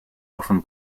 often